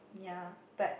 ya but